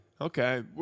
Okay